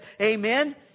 amen